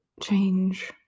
change